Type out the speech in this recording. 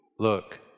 Look